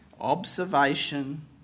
Observation